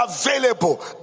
available